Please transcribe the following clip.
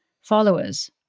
followers